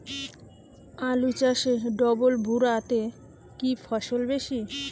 আলু চাষে ডবল ভুরা তে কি ফলন বেশি?